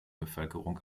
bevölkerung